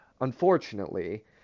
Unfortunately